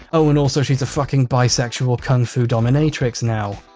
oh, and also she's a fucking bisexual kung fu dominatrix now.